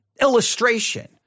illustration